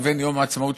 לבין יום העצמאות,